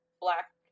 black